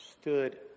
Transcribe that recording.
stood